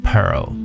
Pearl